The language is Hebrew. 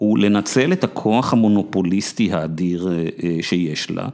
ולנצל את הכוח המונופוליסטי האדיר שיש לה.